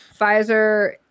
Pfizer